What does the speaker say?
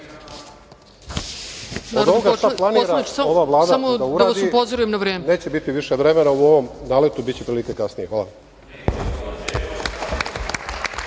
Od onoga šta planira ova Vlada da uradi…Neće biti više vremena u ovom naletu. Biće prilike kasnije. Hvala.